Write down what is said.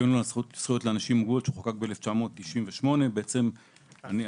שוויון זכויות לאנשים עם מוגבלות שחוקק בשנת 1998. בעצם הנציבות